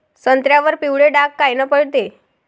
संत्र्यावर पिवळे डाग कायनं पडते?